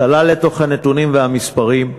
צלל לתוך הנתונים והמספרים,